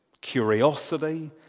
curiosity